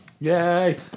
Yay